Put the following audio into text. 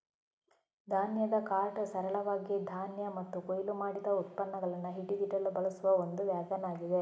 ಧಾನ್ಯದ ಕಾರ್ಟ್ ಸರಳವಾಗಿ ಧಾನ್ಯ ಮತ್ತು ಕೊಯ್ಲು ಮಾಡಿದ ಉತ್ಪನ್ನಗಳನ್ನ ಹಿಡಿದಿಡಲು ಬಳಸುವ ಒಂದು ವ್ಯಾಗನ್ ಆಗಿದೆ